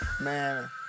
Man